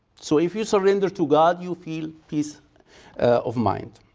so if you surrender to god, you feel peace of mind.